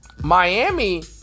Miami